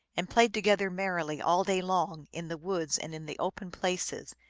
and played together mer rily all day long in the woods and in the open places,